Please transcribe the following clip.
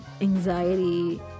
anxiety